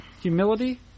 humility